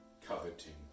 coveting